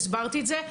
הסברתי את זה,